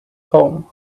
home